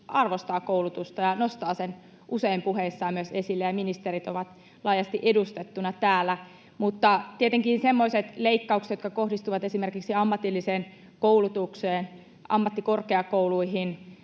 arvostaa koulutusta ja nostaa sen usein puheissaan esille ja ministerit ovat laajasti edustettuina täällä. Mutta tietenkään semmoiset leikkaukset, jotka kohdistuvat esimerkiksi ammatilliseen koulutukseen ja ammattikorkeakouluihin,